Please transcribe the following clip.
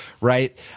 Right